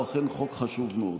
הוא אכן חוק חשוב מאוד.